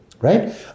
Right